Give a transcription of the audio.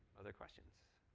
other questions.